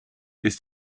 ist